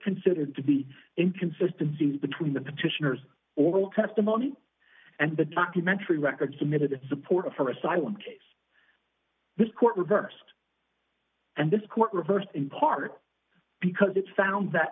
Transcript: considered to be inconsistency between the petitioners oral testimony and the documentary record submitted support for asylum case this court reversed and this court reversed in part because it found that